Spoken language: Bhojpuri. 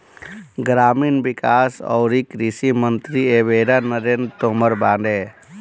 ग्रामीण विकास अउरी कृषि मंत्री एबेरा नरेंद्र तोमर बाने